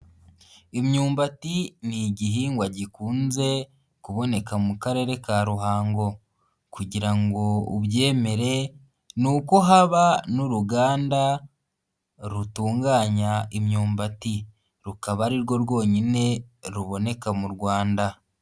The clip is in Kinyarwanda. Imyumbati ni igihingwa gikunze kuboneka mu Karere ka Ruhango kugira ngo ubyemere n'uko haba n'uruganda rutunganya imyumbati, rukaba ari rwo rwonyine ruboneka mu Rwanda.